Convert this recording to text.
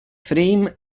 frame